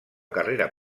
carrera